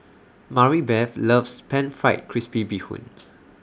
Maribeth loves Pan Fried Crispy Bee Hoon